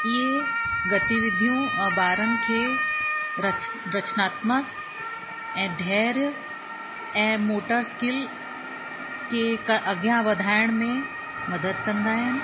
इहे गतिविधियूं ॿारनि खे रच रचनात्मक ऐं धैर्य ऐं मोटर स्किल खे क अॻियां वधाइण में मदद कंदा आहिनि